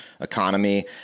economy